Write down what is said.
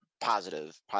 positive